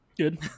Good